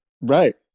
Right